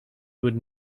would